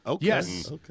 yes